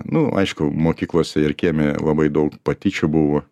nu aišku mokyklose ir kieme labai daug patyčių buvo